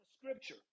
Scripture